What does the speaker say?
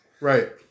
Right